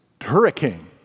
hurricane